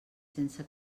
sense